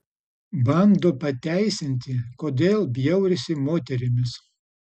bando pateisinti kodėl bjaurisi moterimis